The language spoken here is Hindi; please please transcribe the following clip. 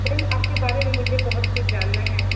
मैम आपके बारे में मुझे बहुत कुछ जानना है